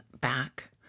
back